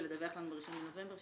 ולדווח לנו ב-1 לנובמבר?